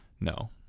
No